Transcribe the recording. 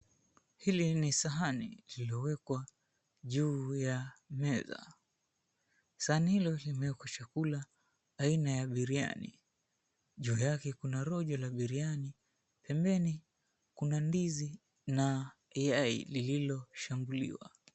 Hili ni sahani lililowekwa juu ya meza. Sahani hilo limewekwa chakula aina ya biriani, juu yake kuna rojo la biriani, pembeni kuna ndizi na yai lililochambuliwa.